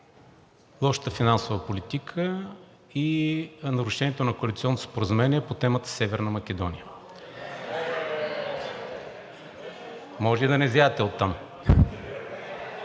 лошата финансова политика и нарушението на коалиционното споразумение по темата „Северна Македония“. (Реплики от министрите.)